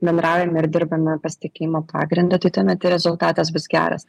bendraujame ir dirbame pasitikėjimo pagrindu tai tuomet ir rezultatas bus geras